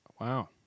Wow